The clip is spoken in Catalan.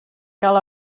cal